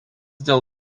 dėl